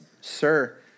sir